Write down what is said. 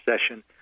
session